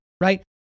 right